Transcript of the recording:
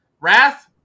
Wrath